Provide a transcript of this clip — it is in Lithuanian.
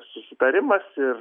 susitarimas ir